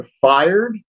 fired